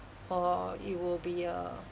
or it will be a